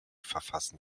verfassen